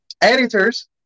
editors